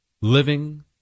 living